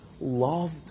loved